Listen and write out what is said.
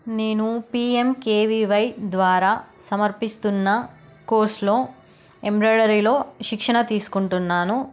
నేను పీఎమ్కేవీవై ద్వారా సమర్పిస్తున్న కోర్సులో ఎంబ్రాయిడరీలో శిక్షణ తీసుకుంటున్నాను